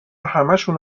همشونو